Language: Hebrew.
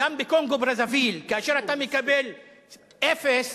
גם בקונגו-ברזוויל, כאשר אתה מקבל אפס,